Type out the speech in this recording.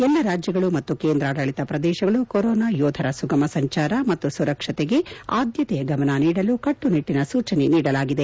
ಎಲ್ಲಾ ರಾಜ್ಯಗಳು ಮತ್ತು ಕೇಂದ್ರಾಡಳತ ಪ್ರದೇಶಗಳು ಕೊರೊನಾ ಯೋಧರ ಸುಗಮ ಸಂಚಾರ ಮತ್ತು ಸುರಕ್ಷತೆಗೆ ಆದ್ಯತೆಯ ಗಮನ ನೀಡಲು ಕಟ್ಲುನಿಟ್ಲನ ಸೂಚನೆ ನೀಡಲಾಗಿದೆ